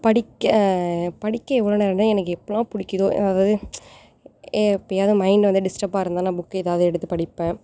படிக்க படிக்க எவ்வளோ நேரன்னா எனக்கு எப்பெல்லாம் பிடிக்கிதோ அதாவது எப்பையாவது மைண்ட் வந்து டிஸ்டப்பாக இருந்தால் நான் புக் எதாவது எடுத்து படிப்பேன்